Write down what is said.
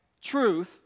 truth